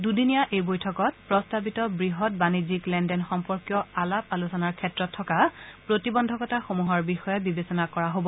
দুদিনীয়া এই বৈঠকত প্ৰস্তাৱিত বৃহৎ বাণিজ্যিক লেনদেন সম্পৰ্কীয় আলাপ আলোচনাৰ ক্ষেত্ৰত থকা প্ৰতিবন্ধকতা সমূহৰ বিষয়ে বিবেচনা কৰা হ'ব